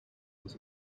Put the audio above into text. was